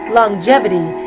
longevity